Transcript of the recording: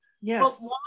Yes